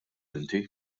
inti